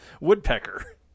Woodpecker